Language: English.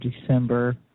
December